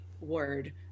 word